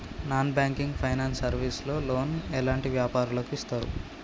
Non banking finance service లో loan ఎలాంటి వ్యాపారులకు ఇస్తరు?